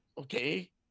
okay